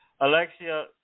Alexia